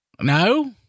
no